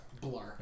Blur